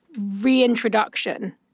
reintroduction